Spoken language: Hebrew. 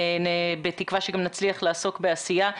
בתקווה שגם נצליח לעסוק בעשייה.